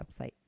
website